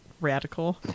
radical